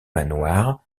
manoir